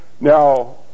Now